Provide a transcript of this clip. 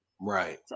Right